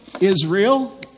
Israel